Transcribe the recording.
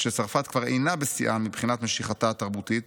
כשצרפת כבר אינה בשיאה מבחינת משיכתה התרבותית,